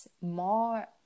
more